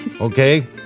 Okay